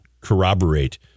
corroborate